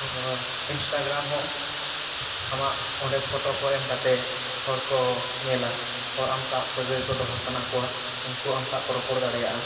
ᱦᱚᱸ ᱤᱱᱥᱴᱟᱜᱨᱟᱢ ᱦᱚᱸ ᱟᱢᱟᱜ ᱚᱸᱰᱮ ᱯᱷᱳᱴᱳ ᱠᱚ ᱮᱢ ᱠᱟᱛᱮ ᱦᱚᱲ ᱠᱚ ᱧᱮᱞᱟ ᱦᱚᱲ ᱟᱢ ᱥᱟᱶ ᱥᱟᱹᱜᱟᱹᱭ ᱠᱚ ᱫᱚᱦᱚ ᱥᱟᱱᱟ ᱠᱚᱣᱟ ᱩᱱᱠᱩ ᱟᱢ ᱥᱟᱶᱠᱚ ᱨᱚᱯᱚᱲ ᱫᱟᱲᱮᱭᱟᱜᱼᱟ